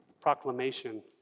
proclamation